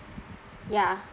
ya